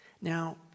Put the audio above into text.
Now